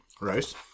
Rice